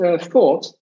thought